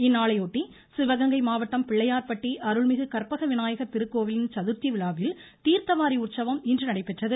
இந்நாளை ஒட்டி சிவகங்கை மாவட்டம் பிள்ளையார்பட்டி அருள்மிகு கற்பக விநாயகர் திருக்கோவிலின் சதுர்த்தி விழாவில் தீர்த்தவாரி உற்சவம் இன்று நடைபெற்றது